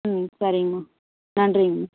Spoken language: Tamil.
ம் சரிங்கம்மா நன்றிங்கம்மா